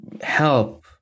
help